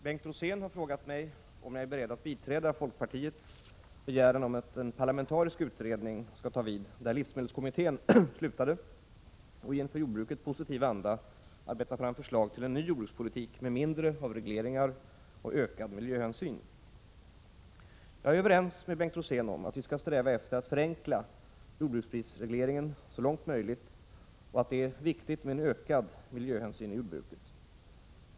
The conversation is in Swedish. Herr talman! Bengt Rosén har frågat mig om jag är beredd att biträda folkpartiets begäran om att en parlamentarisk utredning skall ta vid där livsmedelskommittén slutade ochi en för jordbruket positiv anda arbeta fram förslag till en ny jordbrukspolitik med mindre av regleringar och ökad miljöhänsyn. Jag är överens med Bengt Rosén om att vi skall sträva efter att förenkla jordbruksprisregleringen så långt möjligt och att det är viktigt med en ökad miljöhänsyn i jordbruket.